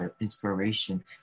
inspiration